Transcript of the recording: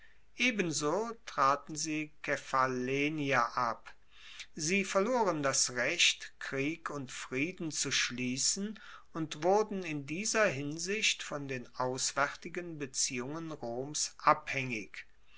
ebenso traten sie kephallenia ab sie verloren das recht krieg und frieden zu schliessen und wurden in dieser hinsicht von den auswaertigen beziehungen roms abhaengig